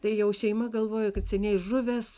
tai jau šeima galvojo kad seniai žuvęs